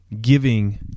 giving